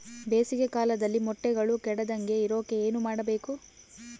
ಬೇಸಿಗೆ ಕಾಲದಲ್ಲಿ ಮೊಟ್ಟೆಗಳು ಕೆಡದಂಗೆ ಇರೋಕೆ ಏನು ಮಾಡಬೇಕು?